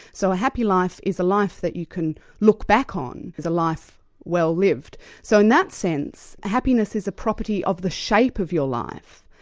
so a happy life is a life that you can look back on as a life well-lived. so in that sense, happiness is a property of the shape of your life.